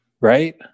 Right